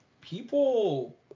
people